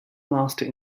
master